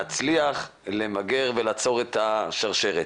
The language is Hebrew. נצליח למגר ולעצור את השרשרת,